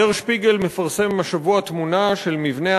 "דר שפיגל" מפרסם השבוע תמונה של מבנה